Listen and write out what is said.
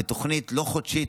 לא בתוכנית חודשית,